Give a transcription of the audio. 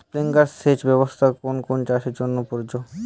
Sprinkler সেচ ব্যবস্থার কোন কোন চাষের জন্য প্রযোজ্য?